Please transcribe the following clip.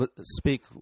speak